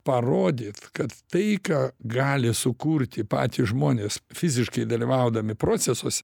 parodyt kad taiką gali sukurti patys žmonės fiziškai dalyvaudami procesuose